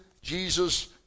Jesus